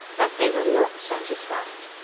but they were not satisfied.